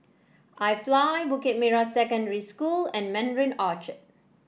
IFly Bukit Merah Secondary School and Mandarin Orchard